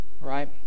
right